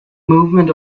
movement